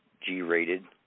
G-rated